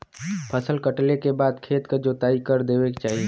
फसल कटले के बाद खेत क जोताई कर देवे के चाही